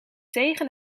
tegen